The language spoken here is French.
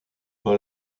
pas